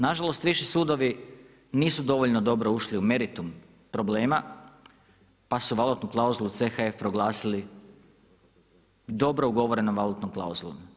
Nažalost viši sudovi nisu dovoljno dobro ušli u meritum problema pa su valutnu klauzulu CHF proglasili dobro ugovorenom valutnom klauzulom.